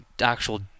actual